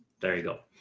there you go.